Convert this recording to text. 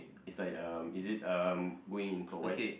it's like um is it um going in clockwise